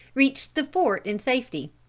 reached the fort in safety.